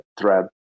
thread